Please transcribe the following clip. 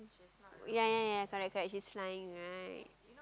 ya ya ya correct correct she's flying right